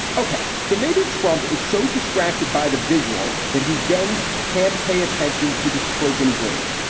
ok, so maybe trump is so distracted by the visual that he then can't pay attention to the spoken word.